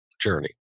journey